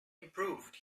improved